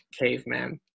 Caveman